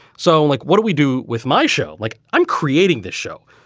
so like, what do we do with my show? like, i'm creating this show.